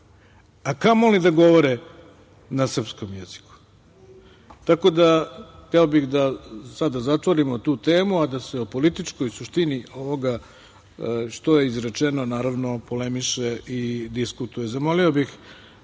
a kamoli da govore na srpskom jeziku. Hteo bih da sada zatvorimo tu temu, a da se o političkoj suštini ovoga što je izrečeno naravno polemiše i diskutuje. Zamolio bih